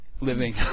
living